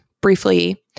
briefly